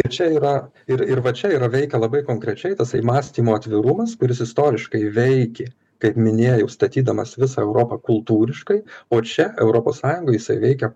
čia yra ir ir va čia yra veikia labai konkrečiai tasai mąstymo atvirumas kuris istoriškai veikė kaip minėjau statydamas visą europą kultūriškai o čia europos sąjungoj jisai veikia